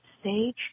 stage